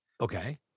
Okay